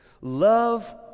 Love